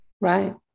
Right